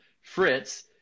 fritz